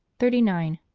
thirty nine.